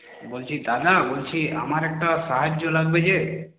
বলছি দাদা বলছি আমার একটা সাহায্য লাগবে যে